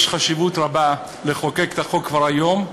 חשוב מאוד לחוקק את החוק כבר היום,